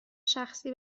شخصی